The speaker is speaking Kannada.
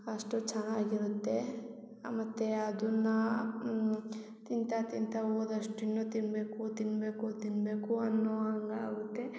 ಅಷ್ಟು ಚೆನ್ನಾಗಿರುತ್ತೆ ಮತ್ತು ಅದನ್ನ ತಿಂತಾ ತಿಂತಾ ಹೋದಷ್ಟು ಇನ್ನು ತಿನ್ನಬೇಕು ತಿನ್ನಬೇಕು ತಿನ್ನಬೇಕು ಅನ್ನೋ ಹಂಗೆ ಆಗುತ್ತೆ